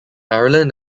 ireland